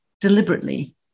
deliberately